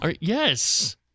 Yes